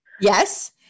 Yes